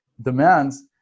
demands